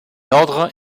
ordre